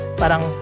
parang